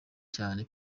cyane